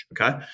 Okay